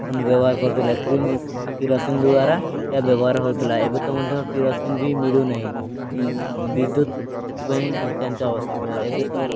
ଲଣ୍ଠନ୍ ବ୍ୟବହାର୍ କରୁଥିଲେ କିରୋସିନ୍ ଦ୍ୱାରା ଏହା ବ୍ୟବହାର ହେଉଥିଲା ଏବେ ତ ମଧ୍ୟ କିରୋସିନ୍ ବି ମିଳୁନାହିଁ ବିଦ୍ୟୁତ୍ ସେଥିପାଇଁ ନିତାନ୍ତ ଆବଶ୍ୟକ ଏବେ ତ